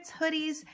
hoodies